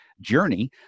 journey